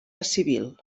civil